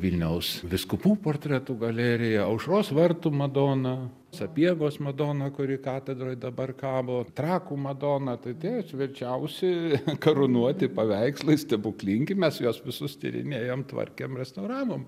vilniaus vyskupų portretų galerija aušros vartų madona sapiegos madona kuri katedroj dabar kabo trakų madona tai tie svečiavosi karūnuoti paveikslai stebuklingi mes juos visus tyrinėjom tvarkėm restauravom